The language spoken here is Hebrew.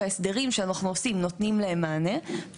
שההסדרים שאנחנו עושים נותנים להם מענה.